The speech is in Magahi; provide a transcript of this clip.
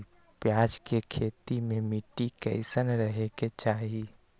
प्याज के खेती मे मिट्टी कैसन रहे के चाही?